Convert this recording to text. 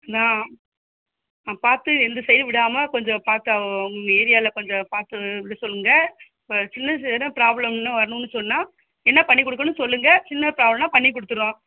நான் நான் பார்த்து இந்த சைட் விடாமல் கொஞ்சம் பார்த்து உங்கள் ஏரியாவில் கொஞ்சம் பார்த்து விட சொல்லுங்கள் இப்போ சின்னச் சின்ன ப்ராப்லம்னு வரணுன்னு சொன்னால் என்ன பண்ணிக்கொடுக்கணுன்னு சொல்லுங்கள் சின்ன ப்ராப்லம்னால் பண்ணிக்கொடுத்துர்றோம்